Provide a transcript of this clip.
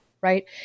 right